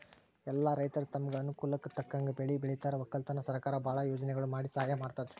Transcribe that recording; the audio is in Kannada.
ಎಲ್ಲಾ ರೈತರ್ ತಮ್ಗ್ ಅನುಕೂಲಕ್ಕ್ ತಕ್ಕಂಗ್ ಬೆಳಿ ಬೆಳಿತಾರ್ ವಕ್ಕಲತನ್ಕ್ ಸರಕಾರ್ ಭಾಳ್ ಯೋಜನೆಗೊಳ್ ಮಾಡಿ ಸಹಾಯ್ ಮಾಡ್ತದ್